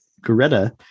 Greta